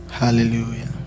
Hallelujah